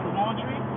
laundry